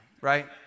right